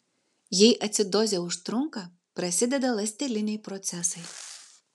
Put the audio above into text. jei acidozė užtrunka prasideda ląsteliniai procesai